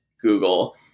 google